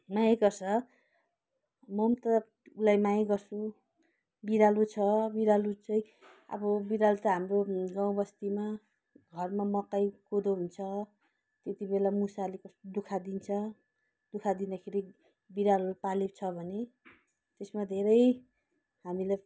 माया गर्छ म पनि त उसलाई माया गर्छु बिरालो छ बिरालो चाहिँ अब बिरालो त हाम्रो गाउँ बस्तीमा घरमा मकै कोदो हुन्छ त्यतिबेला मुसाले कस्तो दुखः दिन्छ दुखः दिँदाखेरि बिरालो पालेको छ भने त्यसमा धेरै हामीलाई